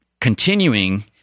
continuing